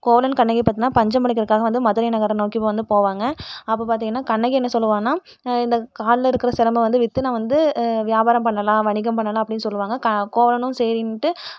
கோவலன் கண்ணகி பார்த்தீங்கன்னா பஞ்சம் பிழைக்கறதுக்காக வந்து மதுரை நகரை நோக்கி வந்து போவாங்கள் அப்போ பார்த்தீங்கன்னா கண்ணகி என்ன சொல்லுவாள்னா இந்த கால்ல இருக்கிற சிலம்பம் வந்து விற்று நான் வந்து வியாபாரம் பண்ணலாம் வணிகம் பண்ணலாம் அப்படின்னு சொல்லுவாங்கள் க கோவலனும் சரின்ட்டு